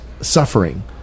suffering